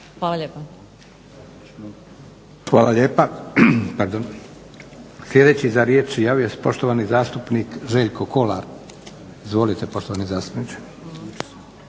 Josip (SDP)** Hvala lijepa. Sljedeći za riječ se javio poštovani zastupnik Željko Kolar. Izvolite poštovani zastupniče.